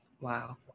Wow